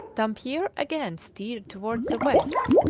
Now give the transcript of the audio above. dampier again steered towards the west,